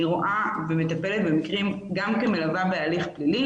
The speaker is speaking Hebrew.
אני רואה ומטפלת במקרים גם כמלווה בהליך פלילי